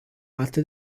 atât